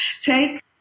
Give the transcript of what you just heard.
take